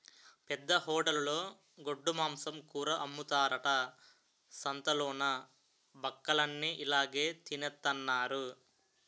పెద్ద హోటలులో గొడ్డుమాంసం కూర అమ్ముతారట సంతాలలోన బక్కలన్ని ఇలాగె తినెత్తన్నారు